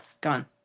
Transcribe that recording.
Gone